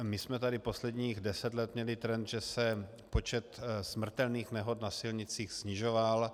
My jsme tady posledních deset let měli trend, že se počet smrtelných nehod na silnicích snižoval.